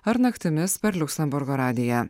ar naktimis per liuksemburgo radiją